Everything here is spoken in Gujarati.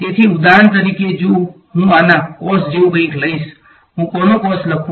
તેથી ઉદાહરણ તરીકે જો હું આના cos જેવું કંઈક લઈશ હું કોનો cos લખું